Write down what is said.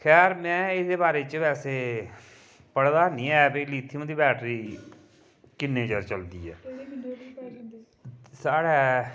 खैर में एह्दे बारे च वैसे पता ऐनी ऐ भई लिथियम दी बैटरी कि'न्ने चिर चलदी ऐ साढ़े